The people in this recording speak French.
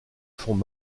fonds